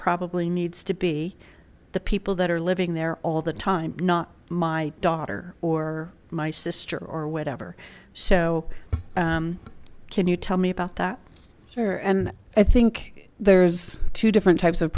probably needs to be the people that are living there all the time not my daughter or my sister or whatever so can you tell me about that sure and i think there's two different types of